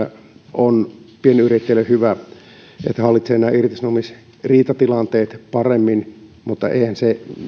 on pienyrittäjille hyvä ja se että hallitsee nämä irtisanomisriitatilanteet paremmin mutta eihän se